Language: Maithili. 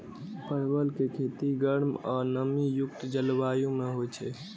परवल के खेती गर्म आ नमी युक्त जलवायु मे होइ छै